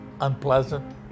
unpleasant